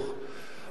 אדוני היושב-ראש,